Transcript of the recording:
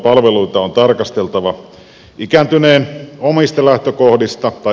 palveluita on tarkasteltava ikääntyneen omasta lähtökohdasta